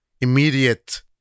immediate